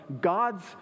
God's